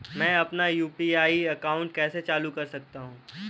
मैं अपना UPI account कैसे चालू कर सकता हूँ?